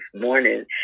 morning